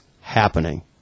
happening